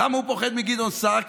למה הוא פוחד מגדעון סער?